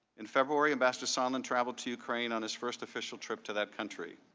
in february ambassador sondland travel to ukraine on his first official trip to that country.